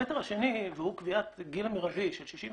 הפרמטר השני והוא קביעת הגיל המירבי של 65,